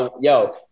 yo